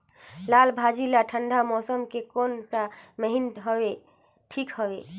लालभाजी ला ठंडा मौसम के कोन सा महीन हवे ठीक हवे?